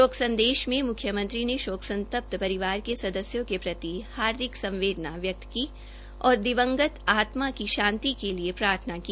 शोक संदेश में मुख्यमंत्री ने शोक संतप्त परिवार के सदस्यों के पगति हार्थिक संवदेना व्यक्त की और दिवंगत आत्मा की शांति के लिए प्रार्थना की